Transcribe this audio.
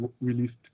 released